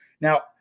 Now